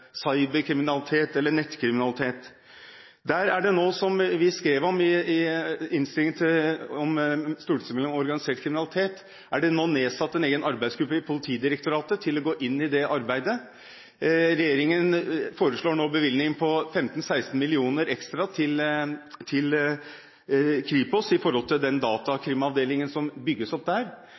cyberkriminalitet eller nettkriminalitet. Som vi skrev i innstillingen til stortingsmeldingen om organisert kriminalitet, er det nå nedsatt en egen arbeidsgruppe i Politidirektoratet for å gå inn i det arbeidet. Regjeringen foreslår nå en bevilgning på 15–16 mill. kr ekstra til Kripos, til den datakrimavdelingen som bygges opp der.